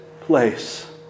place